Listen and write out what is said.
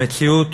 המציאות